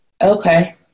Okay